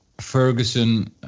Ferguson